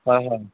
হয় হয়